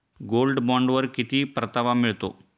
Gold बॉण्डवर किती परतावा मिळतो?